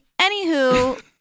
Anywho-